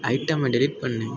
ஐட்டமை டெலிட் பண்ணு